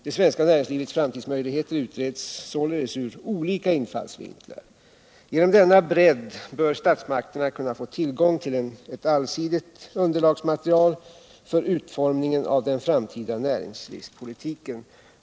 Det svenska näringslivets framtidsmöjligheter utreds således ur olika infallsvinklar. Genom denna bredd bör statsmakterna kunna få tillgång till ett allsidigt underlagsmaterial för utformningen av den framtida näringslivspolitiken.